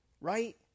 Right